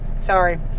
Sorry